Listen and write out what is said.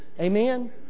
Amen